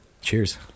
Cheers